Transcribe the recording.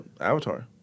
Avatar